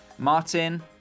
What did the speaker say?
Martin